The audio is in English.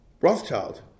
Rothschild